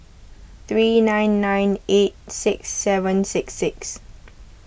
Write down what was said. three nine nine eight six seven six six